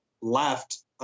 left